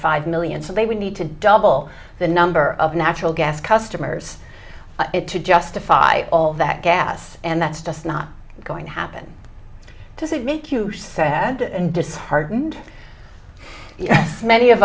five million so they would need to double the number of natural gas customers to justify all that gas and that's just not going to happen because it make you sad and disheartened yes many of